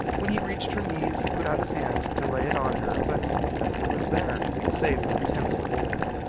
when he reached her knees, he put out his hand to lay it on her, but nothing was there save an intense cold.